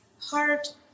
heart